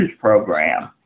program